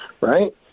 right